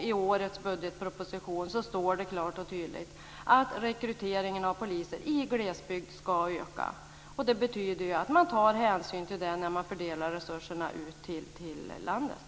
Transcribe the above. I årets budgetproposition står det klart och tydligt att rekryteringen av poliser i glesbygd ska öka. Det betyder att man tar hänsyn till det när man fördelar resurserna ut till landet.